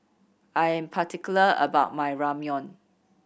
I am particular about my Ramyeon